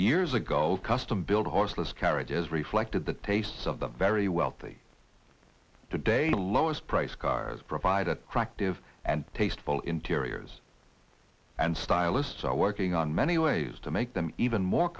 years ago custom built horseless carriages reflected the tastes of the very wealthy today lowest price cars provided practive and tasteful interiors and stylists are working on many ways to make them even more